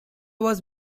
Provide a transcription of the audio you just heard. was